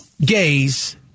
gays